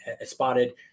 spotted